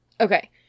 Okay